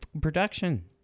production